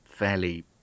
Fairly